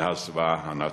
מהזוועה הנאצית.